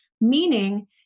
Meaning